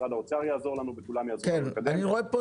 שמשרד האוצר יעזור לנו וכולם יעזרו לנו לקדם את זה.